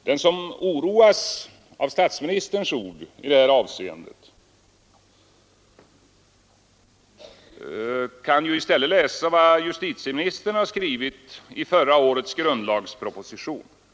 Den som oroas av statsministerns ord i det avseendet kan i stället läsa vad justitieministern har skrivit i förra årets grundlagsproposition.